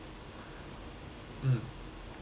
mm